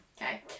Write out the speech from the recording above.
okay